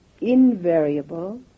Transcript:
invariable